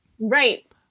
Right